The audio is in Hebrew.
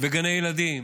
וגני ילדים,